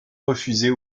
refuser